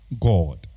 God